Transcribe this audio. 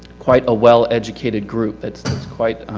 quite a well educated group. that's, that's quite